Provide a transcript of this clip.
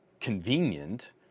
Convenient